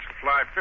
Fly